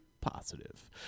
positive